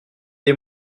des